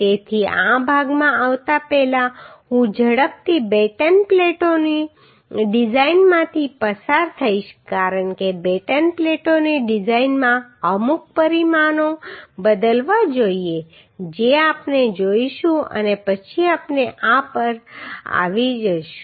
તેથી આ ભાગમાં આવતા પહેલા હું ઝડપથી બેટન પ્લેટોની ડિઝાઇનમાંથી પસાર થઈશ કારણ કે બેટન પ્લેટોની ડિઝાઇનમાં અમુક પરિમાણો બદલવા જોઈએ જે આપણે જોઈશું અને પછી આપણે આ પર આવીશું